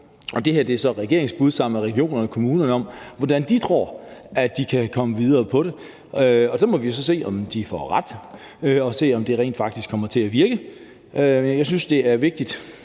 det her er så regeringens bud sammen med regionerne og kommunerne på, hvordan de tror de kan komme videre med det. Der må vi jo så se, om de får ret, og se, om det rent faktisk kommer til at virke. Jeg synes, det er vigtigt,